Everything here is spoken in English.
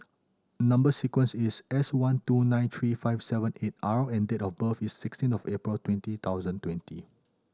number sequence is S one two nine three five seven eight R and date of birth is sixteen of April twenty thousand twenty